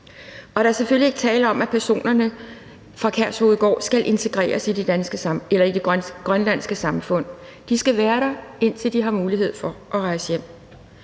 Der er selvfølgelig ikke tale om, at personerne fra Kærshovedgård skal integreres i det grønlandske samfund. De skal være der, indtil de har mulighed for at rejse hjem.